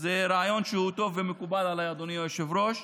זה רעיון שהוא טוב ומקובל עליי, אדוני היושב-ראש.